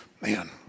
man